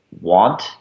want